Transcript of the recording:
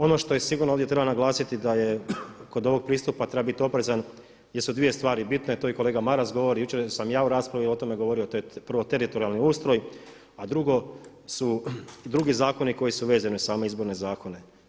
Ono što je sigurno ovdje treba naglasiti da je kod ovog pristupa treba biti oprezan jer su dvije stvari bitne, to je kolega Maras govorio, jučer sam ja u raspravi o tome govorio prvo teritorijalni ustroj, a drugi zakoni koji su vezni uz same izborne zakone.